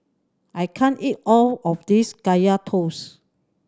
I can't eat all of this Kaya Toast